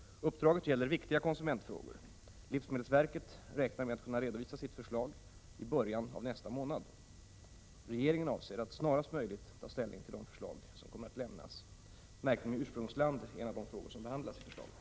Uppdraget gäller viktiga konsumentfrågor. Livsmedelsverket räknar med att kunna redovisa sitt förslag i början av nästa månad. Regeringen avser att snarast möjligt ta ställning till de förslag som kommer att lämnas. Märkning med ursprungsland är en av de frågor som behandlas i förslaget.